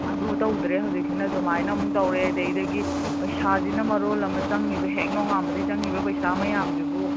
ꯑꯗꯨ ꯇꯧꯗ꯭ꯔꯦ ꯍꯧꯖꯤꯛꯁꯤꯅ ꯑꯗꯨꯃꯥꯏꯅ ꯑꯃꯨꯛ ꯇꯧꯔꯦ ꯑꯗꯩꯗꯒꯤ ꯄꯩꯁꯥꯁꯤꯅ ꯃꯔꯣꯜ ꯑꯃ ꯆꯪꯏꯕ ꯍꯦꯛ ꯅꯣꯉꯥꯟꯕꯗꯩ ꯆꯪꯏꯕ ꯄꯩꯁꯥ ꯃꯌꯥꯝꯁꯤꯕꯨ